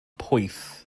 pwyth